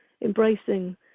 embracing